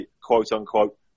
quote-unquote